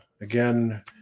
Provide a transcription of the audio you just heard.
Again